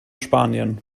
spanien